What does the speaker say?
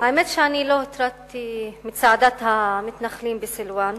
האמת שאני לא הוטרדתי מצעדת המתנחלים בסילואן,